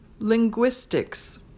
Linguistics